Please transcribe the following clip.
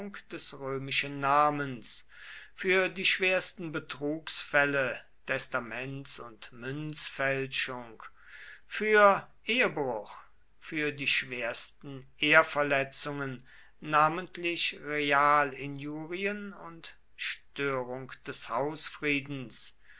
des römischen namens für die schwersten betrugsfälle testaments und münzfälschung für ehebruch für die schwersten ehrverletzungen namentlich realinjurien und störung des